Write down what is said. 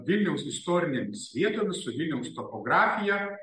vilniaus istorinėmis vietomis su vilniaus topografija